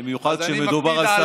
במיוחד כשמדובר על,